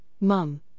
mum